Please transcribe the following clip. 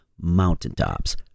mountaintops